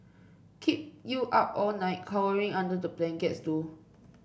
kept you up all night cowering under the blankets though